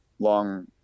long